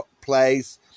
place